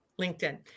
LinkedIn